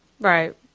Right